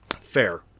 Fair